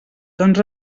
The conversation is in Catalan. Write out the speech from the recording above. doncs